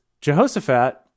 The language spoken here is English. Jehoshaphat